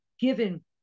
given